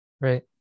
Right